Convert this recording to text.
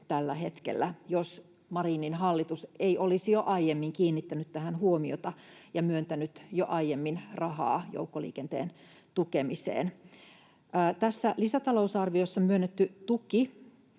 tällä hetkellä, jos Marinin hallitus ei olisi jo aiemmin kiinnittänyt tähän huomiota ja myöntänyt jo aiemmin rahaa joukkoliikenteen tukemiseen. Tässä lisätalousarviossa myönnetty tuki